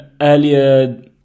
Earlier